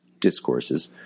discourses